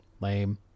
Lame